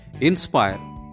Inspire